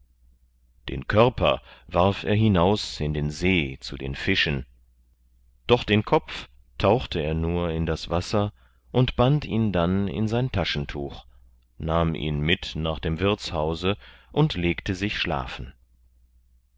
den körper warf er hinaus in den see zu den fischen doch den kopf tauchte er nur in das wasser und band ihn dann in sein taschentuch nahm ihn mit nach dem wirtshause und legte sich schlafen